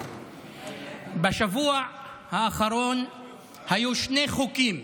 בשבוע האחרון היו שני חוקים,